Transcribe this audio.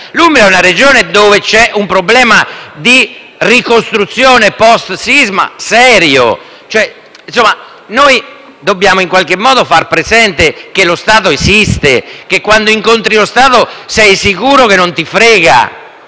L'Umbria è una Regione dove c'è un problema di ricostruzione *post* sisma serio. Noi dobbiamo, in qualche modo, far presente che lo Stato esiste e che quando incontri lo Stato sei sicuro che non ti frega.